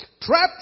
Trapped